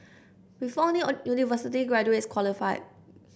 before only university graduates qualified